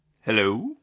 Hello